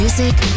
Music